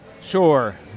Sure